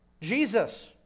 Jesus